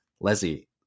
Leslie